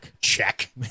check